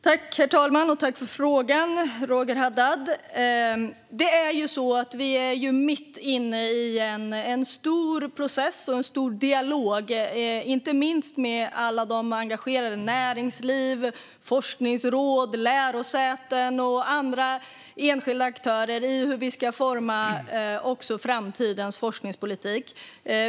Herr talman! Tack för frågan, Roger Haddad! Vi är mitt inne i en stor process och dialog med inte minst alla engagerade inom näringsliv, forskningsråd, lärosäten och andra enskilda aktörer om hur vi ska forma framtidens forskningspolitik.